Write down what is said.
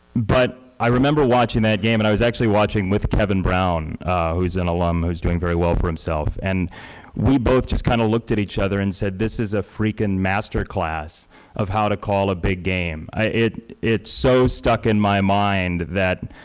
but i remember watching that game and i was actually watching with kevin brown who's an alumn who's doing very well for himself. and we both just kind of looked at each other and said this is a freaking master class of how to call a big game. it's so stuck in my mind that